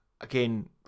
again